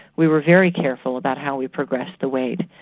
we were very careful about how we progressed the weight.